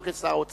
ולא כשר האוצר,